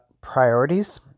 priorities